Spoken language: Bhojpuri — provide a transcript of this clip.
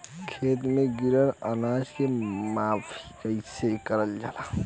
खेत में गिरल अनाज के माफ़ी कईसे करल जाला?